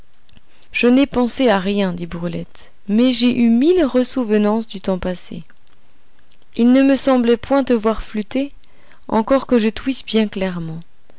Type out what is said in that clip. je n'ai pensé à rien dit brulette mais j'ai eu mille ressouvenances du temps passé il ne me semblait point te voir flûter encore que je t'ouïsse bien clairement